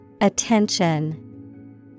Attention